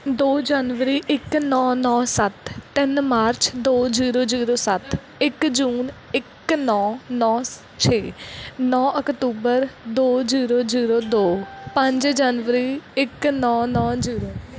ਦੋ ਜਨਵਰੀ ਇੱਕ ਨੌਂ ਨੌਂ ਸੱਤ ਤਿੰਨ ਮਾਰਚ ਦੋ ਜੀਰੋ ਜੀਰੋ ਸੱਤ ਇੱਕ ਜੂਨ ਇੱਕ ਨੌਂ ਨੌਂ ਛੇ ਨੌਂ ਅਕਤੂਬਰ ਦੋ ਜੀਰੋ ਜੀਰੋ ਦੋ ਪੰਜ ਜਨਵਰੀ ਇੱਕ ਨੌਂ ਨੌਂ ਜੀਰੋ